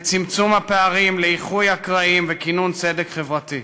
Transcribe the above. צמצום הפערים, איחוי הקרעים וכינון צדק חברתי.